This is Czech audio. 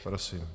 Prosím.